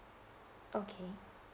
okay